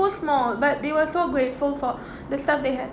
so small but they were so grateful for the stuff they have